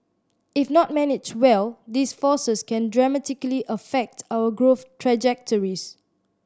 if not managed well these forces can dramatically affect our growth trajectories